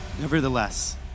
Nevertheless